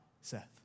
Seth